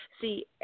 See